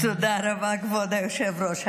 תודה רבה, כבוד היושב-ראש.